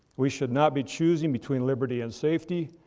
we should not be choosing between liberty and safety.